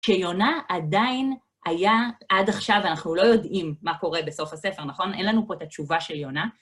כיונה עדיין היה, עד עכשיו אנחנו לא יודעים מה קורה בסוף הספר, נכון? אין לנו פה את התשובה של יונה.